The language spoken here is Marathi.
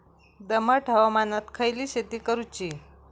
दमट हवामानात खयली शेती करूची?